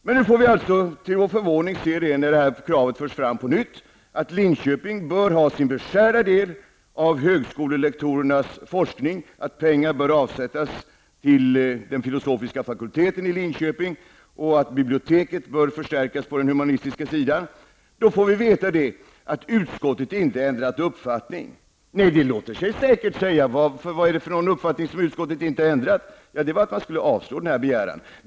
Men när det här kravet förs fram på nytt -- att Linköping skall ha sin beskärda del av högskolelektorernas forskning, att pengar skall avsättas till den filosofiska fakulteten i Linköping och att biblioteket skall förstärkas på den humanistiska sidan -- får vi till vår förvåning veta att utskottet inte ändrat uppfattning. Nej, det låter sig säkert sägas. Vad är det för uppfattning som utskottet inte ändrat? Jo, att man skulle avslå denna begäran.